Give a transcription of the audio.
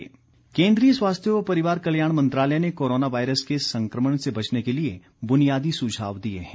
सुझाव केन्द्रीय स्वास्थ्य व परिवार कल्याण मंत्रालय ने कोरोना वायरस के संक्रमण से बचने के लिए बुनियादी सुझाव दिए हैं